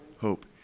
Hope